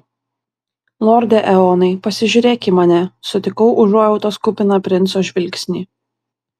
lorde eonai pasižiūrėk į mane sutikau užuojautos kupiną princo žvilgsnį